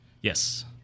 Yes